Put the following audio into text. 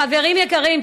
חברים יקרים,